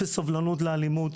אפס סובלנות לאלימות.